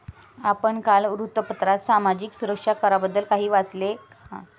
आपण काल वृत्तपत्रात सामाजिक सुरक्षा कराबद्दल काही वाचले का?